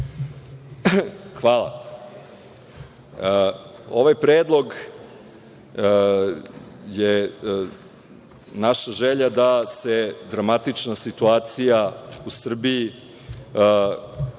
Hvala. Ovaj predlog je naša želja da se dramatična situacija u Srbiji koja